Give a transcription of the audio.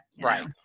Right